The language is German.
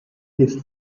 hilft